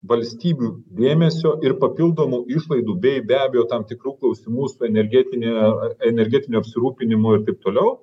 valstybių dėmesio ir papildomų išlaidų bei be abejo tam tikrų klausimų su energetine energetiniu apsirūpinimu ir taip toliau